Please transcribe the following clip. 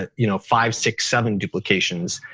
ah you know five, six, seven duplications.